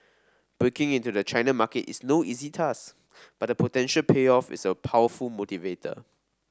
breaking into the China market is no easy task but the potential payoff is a powerful motivator